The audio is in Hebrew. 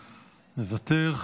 מוותר.